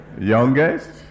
youngest